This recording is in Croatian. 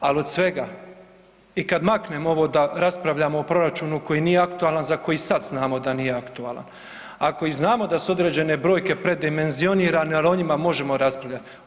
Al od svega i kad maknem ovo da raspravljamo o proračunu koji nije aktualan, za koji sad znamo da nije aktualan, a koji znamo da su određene brojke predimenzionirane, al o njima možemo raspravljat.